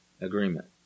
agreement